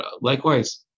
likewise